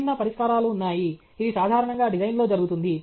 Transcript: విభిన్న పరిష్కారాలు ఉన్నాయి ఇది సాధారణంగా డిజైన్లో జరుగుతుంది